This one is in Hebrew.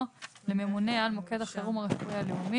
לממונה על מוקד החירום הרפואי הלאומי,